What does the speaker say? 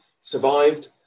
survived